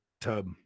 tub